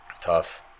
Tough